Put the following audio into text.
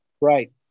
Right